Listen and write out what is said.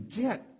get